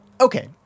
okay